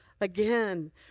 again